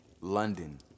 London